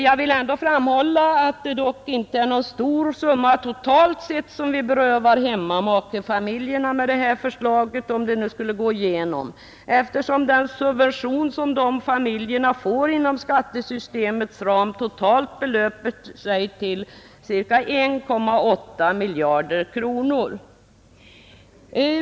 Jag vill ändå framhålla att det dock inte är någon stor summa totalt sett, som vi berövar hemmamakefamiljerna med det här förslaget, om det skulle gå igenom, eftersom den subvention som de familjerna får inom skattesystemets ram totalt belöper sig till ca 1,8 miljarder kronor.